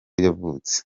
yavutse